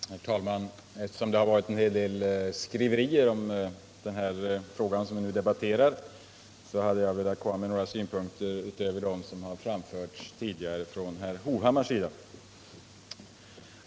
Herr talman! Eftersom det har varit en hel del skriverier om den fråga som vi nu debatterar har jag velat komma med några synpunkter utöver dem som anförts tidigare av herr Hovhammar.